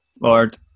Lord